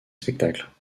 spectacles